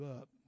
up